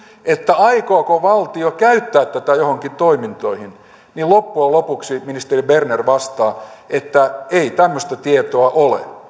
aikooko valtio käyttää tätä joihinkin toimintoihin niin loppujen lopuksi ministeri berner vastaa että ei tämmöistä tietoa ole